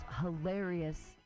hilarious